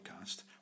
podcast